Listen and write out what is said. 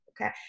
okay